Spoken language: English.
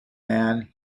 man